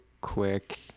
quick